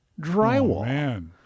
drywall